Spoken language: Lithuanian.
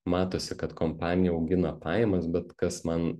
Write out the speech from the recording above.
matosi kad kompanija augina pajamas bet kas man